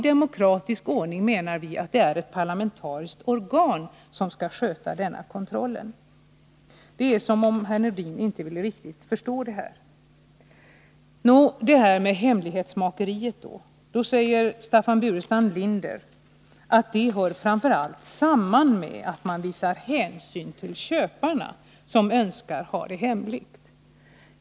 Vi menar att det i vanlig demokratisk ordning är ett parlamentariskt organ som skall sköta denna kontroll. Det är som om herr Nordin inte riktigt ville förstå detta. Så detta med hemlighetsmakeriet. Staffan Burenstam Linder säger att det framför allt hör samman med att man visar hänsyn till köparna, som önskar ha uppgifterna hemliga.